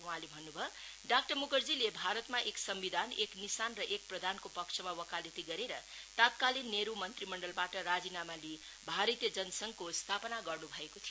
वहाँले भन्नु भयो डाक्टर मुखर्जीले भारतमा एक सम्बिधान एक निशान र एक प्रधानको पक्षामा वकालती गरेर तत्कालीन नेहरु मंत्रीमण्डलबाट राजीनामा लिई भारतीय जनसंघको स्थापना गर्नु भएको थियो